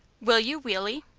will you, weally?